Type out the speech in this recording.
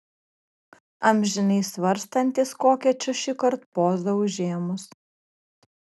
amžinai svarstantys kokią čia šįkart pozą užėmus